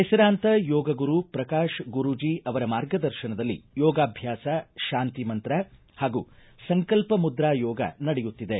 ಹೆಸರಾಂತ ಯೋಗ ಗುರು ಪ್ರಕಾಶ್ ಗುರೂಜಿ ಅವರ ಮಾರ್ಗದರ್ಶನದಲ್ಲಿ ಯೋಗಭ್ಯಾಸ ಶಾಂತಿ ಮಂತ್ರ ಹಾಗೂ ಸಂಕಲ್ಪ ಮುದ್ರಾ ಯೋಗ ನಡೆಯುತ್ತಿದೆ